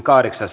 asia